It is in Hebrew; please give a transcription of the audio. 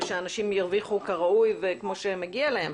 ושאנשים ירוויחו כראוי וכפי שמגיע להם.